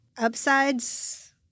Upsides